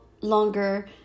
longer